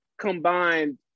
combined